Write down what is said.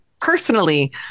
personally